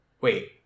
wait